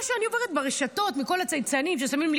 מה שאני עוברת ברשתות מכל הצייצנים ששמים לי